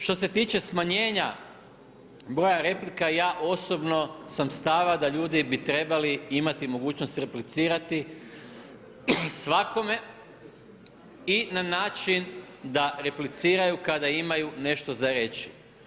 Što se tiče smanjenja broj replika, ja osobno sam stava da ljudi bi trebali imati mogućnost replicirati svakome i na način da repliciraju kada imaju nešto za reći.